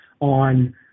on